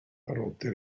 rotte